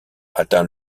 atteint